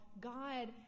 God